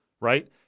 right